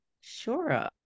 sure